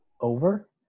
over